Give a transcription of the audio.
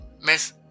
Miss